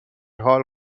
حال